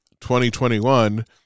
2021